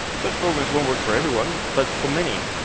such programs won't work for everyone, but for many,